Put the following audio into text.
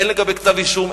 הן לגבי כתב אישום,